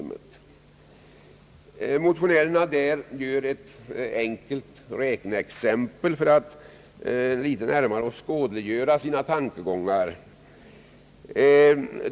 Motionärerna lägger fram ett räkneexempel för att närmare åskådliggöra sina tankegångar.